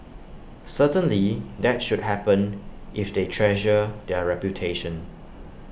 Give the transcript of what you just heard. certainly that should happen if they treasure their reputation